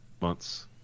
months